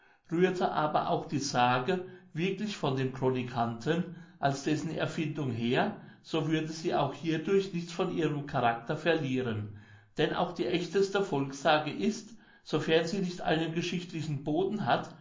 rührte aber auch die sage wirklich von dem chronikanten als dessen erfindung her so würde sie auch hierdurch nichts von ihrem charakter verlieren denn auch die echteste volkssage ist sofern sie nicht einen geschichtlichen boden hat